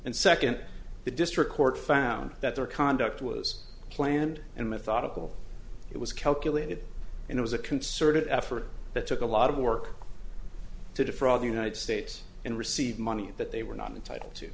and second the district court found that their conduct was planned and methodical it was calculated and it was a concerted effort that took a lot of work to defraud the united states and receive money that they were not entitled to